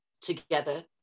together